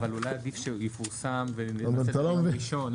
אבל אולי עדיף שהוא יפורסם ביום ראשון,